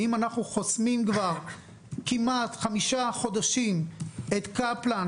אנחנו חוסמים כבר כמעט שבעה חודשים את קפלן